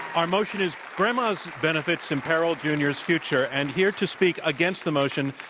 our motion is grandma's benefits imperil junior's future, and here to speak against the motion,